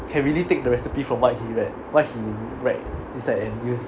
can really take the recipe from what he write inside and use